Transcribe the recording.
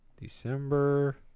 December